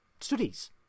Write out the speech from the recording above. studies